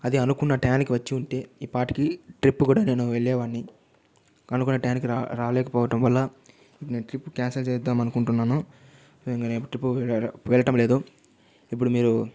అది అనుకున్న టయానికి వచ్చి ఉంటే ఈపాటికి ట్రిప్పు కూడా నేను వెళ్ళేవాడిని అనుకున్న టయానికి రా రాలేకపోవటం వల్ల నేను ట్రిప్ క్యాన్సిల్ చేయిద్దామనుకుంటున్నాను ఇంక నేను ట్రిప్ వెళ్ళటం లేదు ఇప్పుడు మీరు